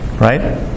Right